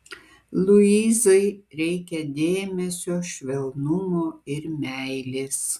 luizai reikia dėmesio švelnumo ir meilės